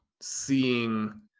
seeing